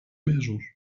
mesos